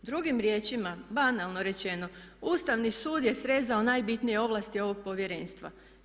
Drugim riječima banalno rečeno Ustavni sud je srezao najbitnije ovlasti ovog Povjerenstva.